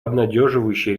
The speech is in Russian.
обнадеживающие